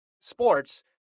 sports